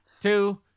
two